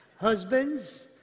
Husbands